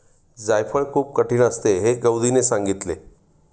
जायफळ खूप कठीण असते हे गौरीने सांगितले